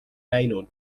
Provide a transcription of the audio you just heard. näinud